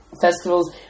Festivals